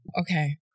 Okay